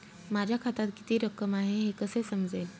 माझ्या खात्यात किती रक्कम आहे हे कसे समजेल?